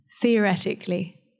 theoretically